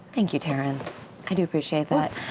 thank you, terrence. i do appreciate that.